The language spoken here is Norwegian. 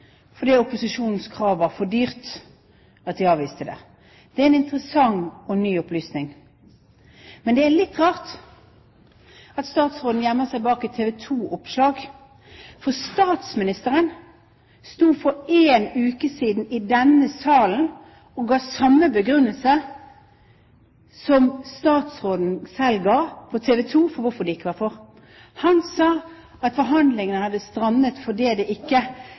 opposisjonens krav var for dyre at de avviste det. Det er en interessant og ny opplysning. Men det er litt rart at statsråden gjemmer seg bak et TV 2-oppslag, for statsministeren sto for én uke siden i denne salen og ga samme begrunnelse som statsråden selv ga på TV 2 for hvorfor de ikke var for. Han sa at forhandlingene hadde strandet fordi